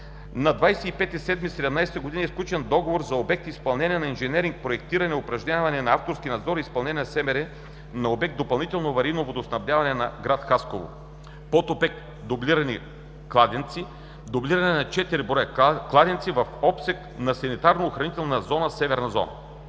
юли 2017 г. е сключен договор за обект „Изпълнение на инженеринг – проектиране, упражняване на авторски надзор и изпълнение на СМР на обект „Допълнително аварийно водоснабдяване на град Хасково“, подобект „Дублиране на кладенци“ – дублиране на 4 броя кладенци в обсега на санитарно-охранителна зона „Северна зона“.